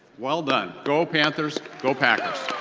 well done, go panthers, go packers.